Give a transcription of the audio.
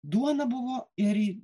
duona buvo ir